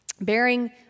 Bearing